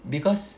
because